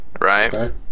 right